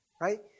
right